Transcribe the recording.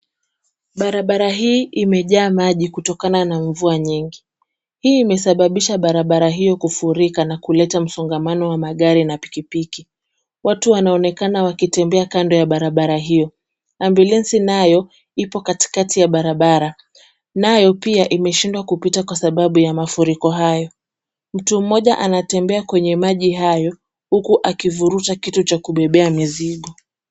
Barabara hii imejaa maji kutokana na mvua nyingi. Hii imesababisha barabara hiyo kufurika na kuleta msongamano wa magari na pikipiki. Watu wanaonekana wakitembea kando ya barabara hiyo. Ambulansi nayo ipo katikati ya barabara, nayo pia imeshindwa kupita kwa sababu ya mafuriko hayo. Mtu mmoja anatembea kwenye maji hayo huku akivuruta kitu cha kubebea mizigo.